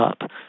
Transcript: up